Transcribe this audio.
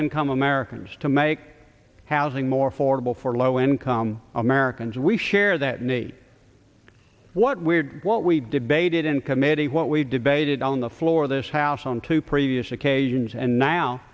income americans to make housing more fordable for low income americans we share that need what we're what we debated in committee what we debated on the floor of this house on two previous occasions and now